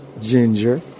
ginger